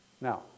Now